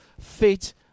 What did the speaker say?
fit